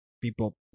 people